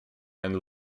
and